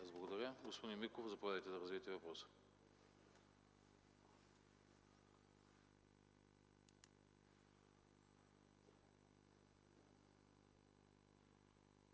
благодаря. Господин Миков, заповядайте да развиете въпроса